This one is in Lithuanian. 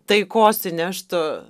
taikos įneštų